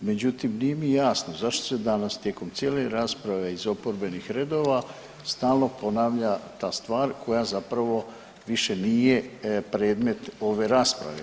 Međutim, nije mi jasno zašto se danas tijekom cijele rasprave iz oporbenih redova stalno ponavlja ta stvar koja zapravo više nije predmet ove rasprave.